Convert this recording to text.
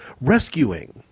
rescuing